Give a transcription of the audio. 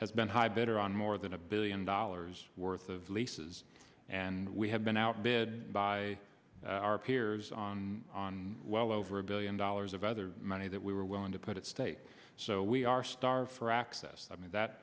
been high bidder on more than a billion dollars worth of leases and we have been outbid by our peers on on well over a billion dollars of other money that we were willing to put at state so we are starved for access i mean that